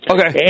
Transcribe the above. Okay